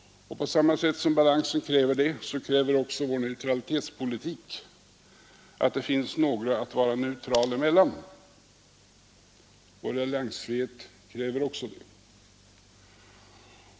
Och på samma sätt som balansen kräver det, så kräver vår neutralitetspolitik att det finns några att vara neutral emellan. Vår alliansfrihet kräver det också.